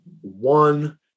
One